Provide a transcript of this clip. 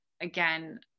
again